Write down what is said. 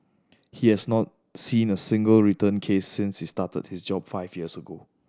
he has not seen a single return case since he started his job five years ago